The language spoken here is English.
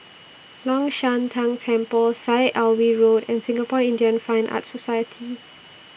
Long Shan Tang Temple Syed Alwi Road and Singapore Indian Fine Arts Society